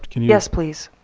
yes please.